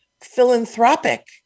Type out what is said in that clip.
philanthropic